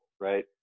right